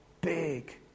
big